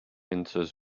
enters